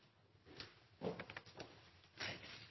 og